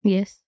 Yes